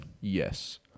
Yes